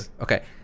Okay